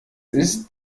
ist